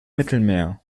mittelmeer